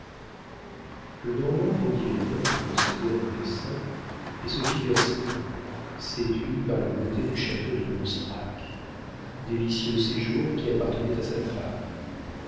le normand vendit les terres qu'il possédait en bessin et se fit gascon séduit par la beauté du château de lanstrac délicieux séjour qui appartenait à sa femme